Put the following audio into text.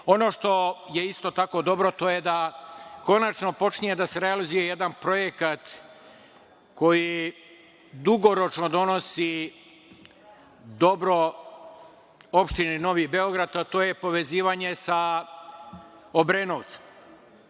što je isto tako dobro to je da konačno počinje da se realizuje jedan projekat koji dugoročno donosi dobro opštini Novi Beograd, a to je povezivanje sa Obrenovcem.